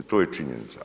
To je činjenica.